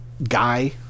Guy